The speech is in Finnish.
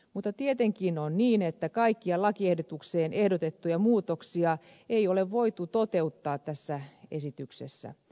mutta tietenkin on niin että kaikkia lakiehdotukseen ehdotettuja muutoksia ei ole voitu toteuttaa tässä esityksessä